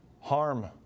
harm